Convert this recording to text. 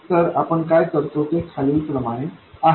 तर आपण काय करतो ते खालीलप्रमाणे आहे